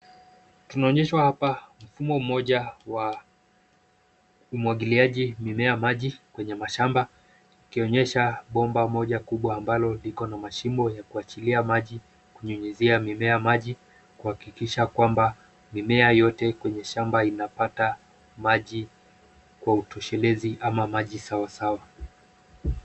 Tunaonyeshwa hapa mfumo mmoja wa umwagiliaji mimea maji kwenye mashamba, ikionyesha bomba moja kubwa ambalo liko na mashimo ya kuachilia maji, kunyunyizia mimea maji, kuhakikisha kwamba mimea yote kwenye shamba inapata maji kwa utoshelezi ama maji sawa sawa.